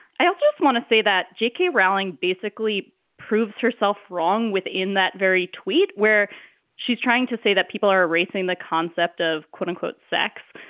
i also just want to say that j k. rowling basically proves herself wrong within that very tweet where she's trying to say that people are racing the concept of, quote unquote, sex,